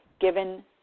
given